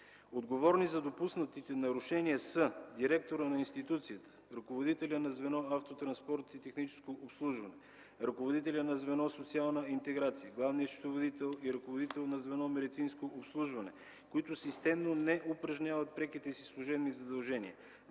Отговорни за допуснатите нарушения са директорът на институцията, ръководителят на звено „Автотранспорт и техническо обслужване”, ръководителят на звено „Социална интеграция”, главният счетоводител и ръководител на звено „Медицинско обслужване”, които системно не упражняват преките си служебни задължения.